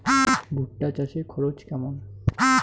ভুট্টা চাষে খরচ কেমন?